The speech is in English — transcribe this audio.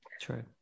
true